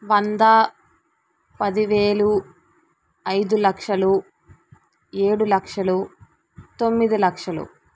వంద పదివేలు ఐదులక్షలు ఏడులక్షలు తొమ్మిదిలక్షలు